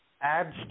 adds